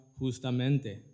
justamente